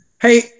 Hey